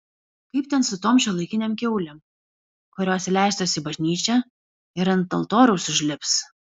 kaip ten su tom šiuolaikinėm kiaulėm kurios įleistos į bažnyčią ir ant altoriaus užlips